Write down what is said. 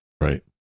Right